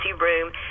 room